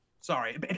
Sorry